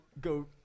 go